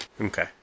Okay